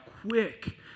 quick